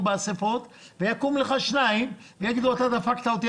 באספות ויקומו לך שניים ויגידו: אתה דפקת אותי,